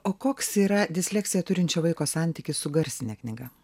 o koks yra disleksiją turinčio vaiko santykis su garsine knyga